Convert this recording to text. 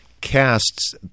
casts